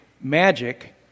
magic